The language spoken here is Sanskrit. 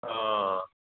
हा